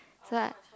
so